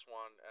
one